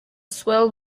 swell